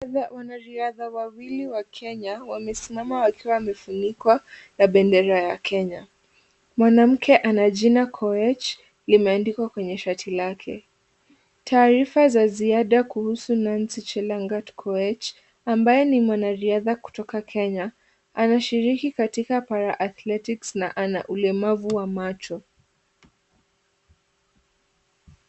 Wanariadha wawili wa Kenya wamesimama wakiwa wamefunikwa na bendera ya Kenya. Mwanamke ana jina KOECH limeandikwa kwenye shati lake. Taarifa za ziada kuhusu Nancy Chelangat Koech ambaye ni mwanariadha kutoka Kenya. Anashiriki katika Para-Athletics na ana ulemavu wa macho.